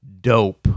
dope